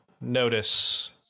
notice